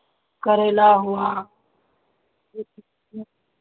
करेला हुआ